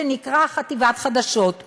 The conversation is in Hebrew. שנקרא חטיבת חדשות?